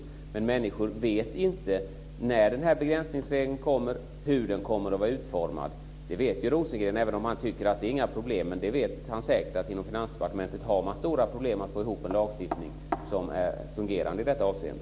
Men människor vet inte när begränsningsregeln kommer eller hur den kommer att vara utformad. Det vet Rosengren, även om han inte tycker att det är några problem. Men han vet säkert att man inom Finansdepartementet har stora problem att få ihop en fungerande lagstiftning i detta avseende.